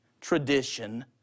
tradition